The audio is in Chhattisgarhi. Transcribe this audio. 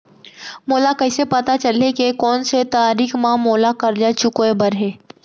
मोला कइसे पता चलही के कोन से तारीक म मोला करजा चुकोय बर हे?